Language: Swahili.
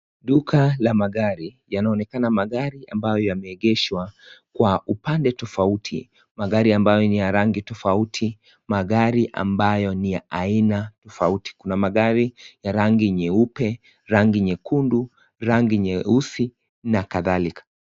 Duka la magari yanaonekana magari ambayo yameegeshwa kwa upande tofauti magari ambayo ni ya rangi tofauti magari ambayo ni ya aina tofauti kuna magari ya rangi nyeupe rangi nyekundu rangi nyeusi na kadhalika.